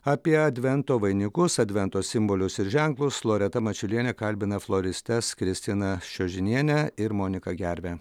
apie advento vainikus advento simbolius ir ženklus loreta mačiulienė kalbina floristines kristina šiožinienę ir moniką gervę